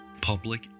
Public